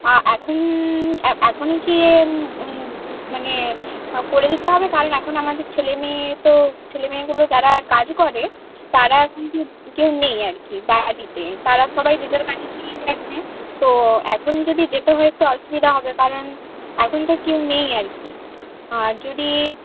এখন এ এখনই কি মানে করে দিতে হবে কারণ এখন আমাদের ছেলে মেয়ে তো ছেলে মেয়েগুলো যারা কাজ করে তারা এখন কেউ নেই আর কি বাড়িতে তারা সবাই যে যার কাজে চলে গেছে তো এখন যদি যেতে হয় তো অসুবিধা হবে কারণ এখন তো কেউ নেই আর কি আর যদি